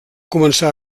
començar